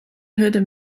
hurde